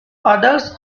others